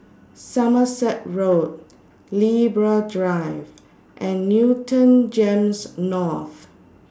Somerset Road Libra Drive and Newton Gems North